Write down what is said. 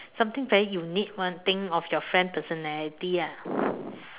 something very unique [one] think of your friend personality ah